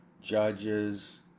judges